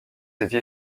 cette